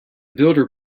builder